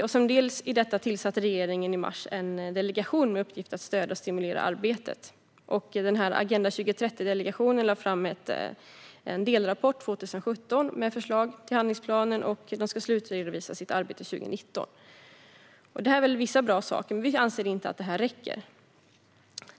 Som en del i detta tillsatte regeringen i mars 2016 en delegation med uppgift att stödja och stimulera arbetet. Agenda 2030-delegationen lade fram en delrapport 2017 med förslag till handlingsplanen och ska slutredovisa sitt arbete 2019. De här sakerna är väl bra, men vi anser att det här inte räcker.